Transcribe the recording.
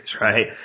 right